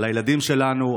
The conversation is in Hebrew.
על הילדים שלנו,